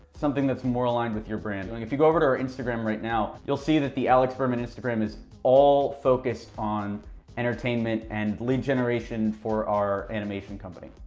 something that's more aligned with your brand. i mean if you go over to our instagram right now, you'll see that the alex berman instagram is all focused on entertainment and lead generation for our animation company,